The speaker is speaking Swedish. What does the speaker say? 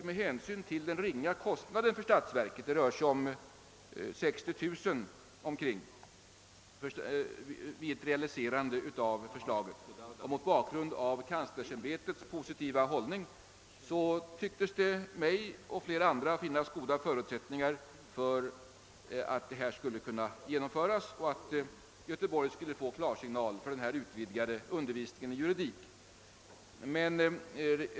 Med hänsyn till den ringa kostnaden för statsverket, det rör sig om cirka 60 000 kronor, och mot bakgrunden av kanslersämbetets positiva hållning tycktes det mig och flera andra finnas goda förutsättningar för att Göteborg skulle kunna få klarsignal för denna utvidgade undervisning i juridik.